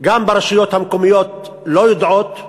גם הרשויות המקומיות לא יודעות,